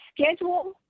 schedule